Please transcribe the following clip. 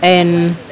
and